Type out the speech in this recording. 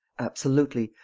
absolutely.